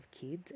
kids